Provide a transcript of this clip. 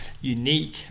unique